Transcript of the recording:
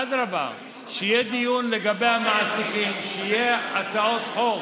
אדרבה, יהיה דיון לגבי המעסיקים, יהיו הצעות חוק.